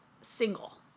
single